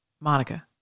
Monica